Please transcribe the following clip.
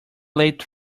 late